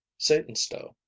Satanstow